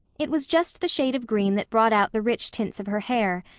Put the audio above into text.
it was just the shade of green that brought out the rich tints of her hair,